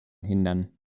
hindern